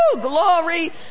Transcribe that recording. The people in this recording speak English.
Glory